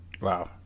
Wow